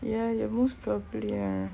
ya ya most probably lah